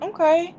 Okay